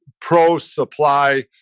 pro-supply